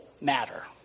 matter